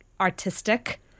artistic